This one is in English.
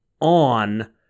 on